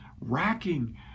racking